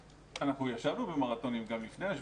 אנחנו ישבנו במרתונים גם לפני השביתה.